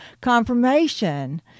confirmation